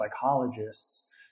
psychologists